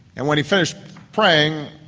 and when he finished praying,